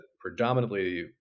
predominantly